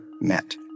met